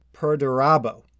Perdurabo